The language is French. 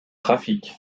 trafic